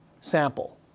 sample